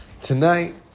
Tonight